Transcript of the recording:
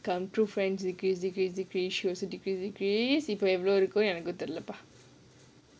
true friends decrease decrease decrease she also decrease decrease we could have எனக்கும் தெரிலபா:enakkum therilapaa